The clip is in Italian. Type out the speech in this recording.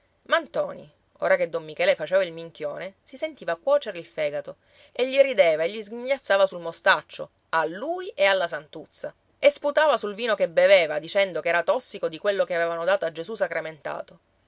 ma ntoni ora che don michele faceva il minchione si sentiva cuocere il fegato e gli rideva e gli sghignazzava sul mostaccio a lui e alla santuzza e sputava sul vino che beveva dicendo che era tossico di quello che avevano dato a gesù sacramentato